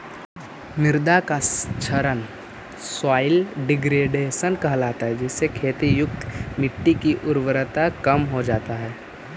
मृदा का क्षरण सॉइल डिग्रेडेशन कहलाता है जिससे खेती युक्त मिट्टी की उर्वरता कम हो जा हई